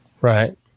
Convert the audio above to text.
Right